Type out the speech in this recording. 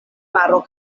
maro